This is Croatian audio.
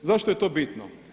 Zašto je to bitno?